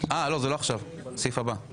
לא עכשיו, זה הסעיף הבא.